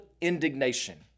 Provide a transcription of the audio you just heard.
indignation